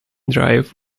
drive